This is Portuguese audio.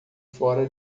fora